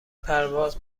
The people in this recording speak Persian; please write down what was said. پرواز